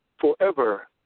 forever